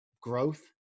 growth